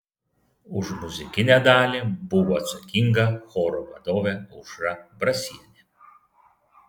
už muzikinę dalį buvo atsakinga choro vadovė aušra brasienė